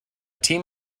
team